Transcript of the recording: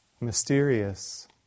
mysterious